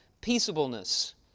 peaceableness